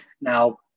Now